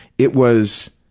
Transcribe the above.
it was